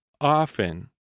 often